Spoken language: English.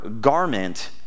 garment